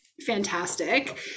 Fantastic